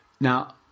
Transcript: Now